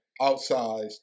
outsized